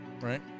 Right